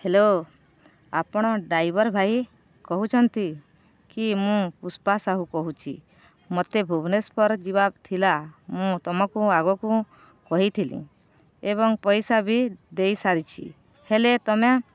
hello ଆପଣ driver ଭାଇ କହୁଛନ୍ତି କି ମୁଁ ପୁଷ୍ପା ସାହୁ କହୁଛି ମତେ ଭୁବନେଶ୍ୱର ଯିବା ଥିଲା ମୁଁ ତମକୁ ଆଗକୁ କହିଥିଲି ଏବଂ ପଇସା ବି ଦେଇସାରିଛି ହେଲେ ତମେ